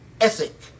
ethic